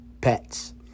pets